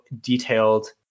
detailed